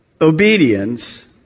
obedience